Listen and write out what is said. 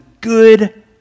good